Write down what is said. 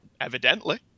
evidently